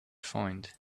find